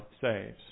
saves